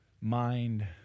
mind